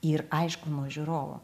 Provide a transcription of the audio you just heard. ir aišku nuo žiūrovo